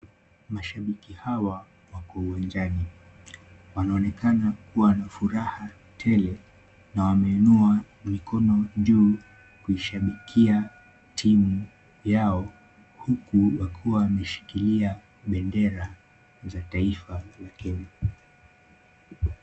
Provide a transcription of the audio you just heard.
Mashabiki hawa wako uwanjani. Wanaonekana wana furaha tele na wameinua mikono juu kushabikia timu yao, huku wakiwa wameshikilia bendera za taifa la Kenya.